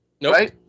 Nope